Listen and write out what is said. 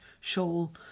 shawl